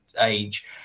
age